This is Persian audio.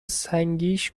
سنگیش